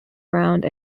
round